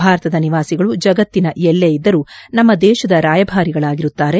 ಭಾರತದ ನಿವಾಸಿಗಳು ಜಗತ್ತಿನ ಎಲ್ಲೆ ಇದ್ದರೂ ನಮ್ಮ ದೇಶದ ರಾಯಭಾರಿಗಳಾಗಿರುತ್ತಾರೆ